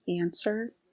answer